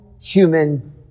human